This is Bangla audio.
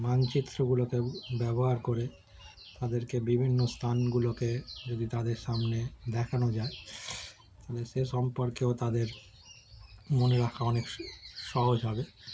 মানচিত্রগুলোকে ব্যবহার করে তাদেরকে বিভিন্ন স্থানগুলোকে যদি তাদের সামনে দেখানো যায় তাহলে সে সম্পর্কেও তাদের মনে রাখা অনেক সহজ হবে